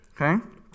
Okay